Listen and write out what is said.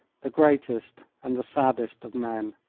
the greatest and the saddest of men.